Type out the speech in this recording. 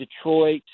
Detroit